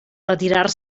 retirar